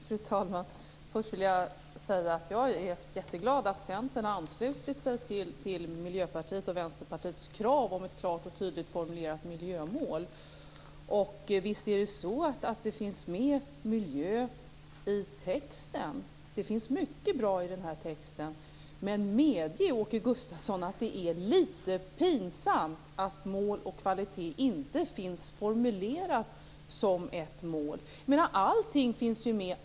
Fru talman! Först vill jag säga att jag är jätteglad att Centern anslutit sig till Miljöpartiets och Vänsterpartiets krav om ett klart och tydligt formulerat miljömål. Visst finns det med miljö i texten. Det finns mycket bra i texten. Men medge, Åke Gustavsson, att det är litet pinsamt att miljö och kvalitet inte finns formulerat som ett mål.